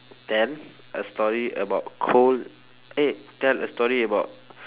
tell a story about co~ eh tell a story about